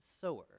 sower